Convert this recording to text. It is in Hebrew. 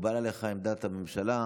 מקובלת עליך עמדת הממשלה.